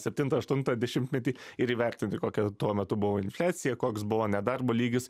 septintą aštuntą dešimtmetį ir įvertinti kokia tuo metu buvo infliacija koks buvo nedarbo lygis